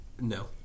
No